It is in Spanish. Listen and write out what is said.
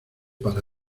para